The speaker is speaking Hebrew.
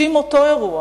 שאם אותו אירוע